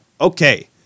Okay